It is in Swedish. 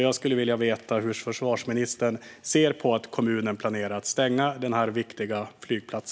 Jag skulle vilja veta hur försvarsministern ser på att kommunen planerar att stänga denna viktiga flygplats.